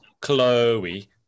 Chloe